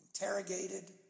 interrogated